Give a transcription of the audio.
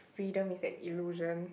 freedom is an illusion